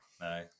No